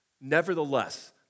Nevertheless